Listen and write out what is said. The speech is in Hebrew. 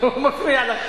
הוא מפריע לך.